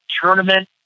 tournament